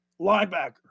linebacker